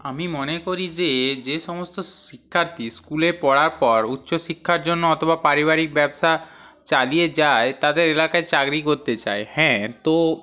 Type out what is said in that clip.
আমি মনে করি যে যে সমস্ত শিক্ষার্থী স্কুলে পড়ার পর উচ্চশিক্ষার জন্য অথবা পারিবারিক ব্যবসা চালিয়ে যায় তাদের এলাকায় চাকরি করতে চায় হ্যাঁ তো